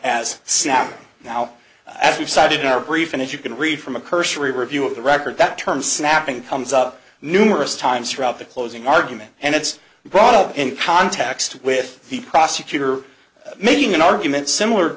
sound now as you cited in our brief and as you can read from a cursory review of the record that term snapping comes up numerous times throughout the closing argument and it's brought up in context with the prosecutor making an argument similar